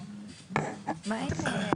פורץ עליה,